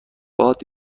باد